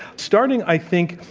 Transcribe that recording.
starting, i think,